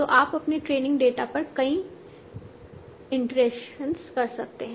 तो आप अपने ट्रेनिंग डेटा पर कई इटरेशंस कर रहे हैं